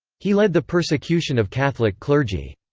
he led the persecution of catholic clergy.